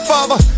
Father